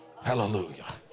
hallelujah